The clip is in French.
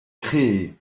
créée